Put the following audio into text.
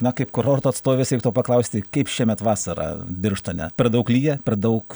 na kaip kurorto atstovės reiktų paklausti kaip šiemet vasarą birštone per daug lyja per daug